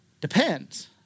depends